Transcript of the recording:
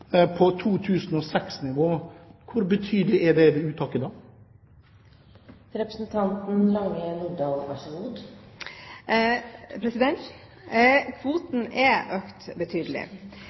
på 2006-nivå. Hvor betydelig er det uttaket da? Kvoten er økt betydelig.